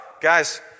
guys